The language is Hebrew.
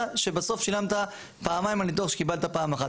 שבסוף שילמת פעמיים על ניתוח שקיבלת פעם אחת.